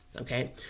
okay